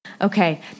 Okay